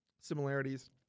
similarities